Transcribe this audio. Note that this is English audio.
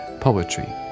poetry